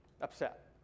upset